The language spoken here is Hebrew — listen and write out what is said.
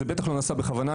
זה ודאי לא נעשה בכוונה.